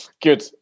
good